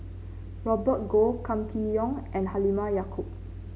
Robert Goh Kam Kee Yong and Halimah Yacob